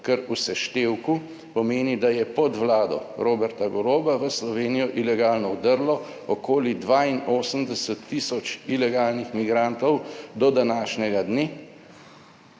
kar v seštevku pomeni, da je pod vlado Roberta Goloba v Slovenijo ilegalno vdrlo okoli 82 tisoč ilegalnih migrantov do današnjega dne